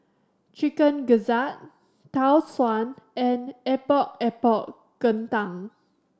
Chicken Gizzard Tau Suan and Epok Epok Kentang